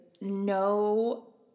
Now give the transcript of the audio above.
no